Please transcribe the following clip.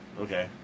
Okay